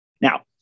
Now